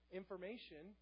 information